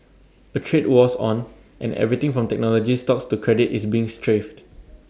A trade war's on and everything from technology stocks to credit is being strafed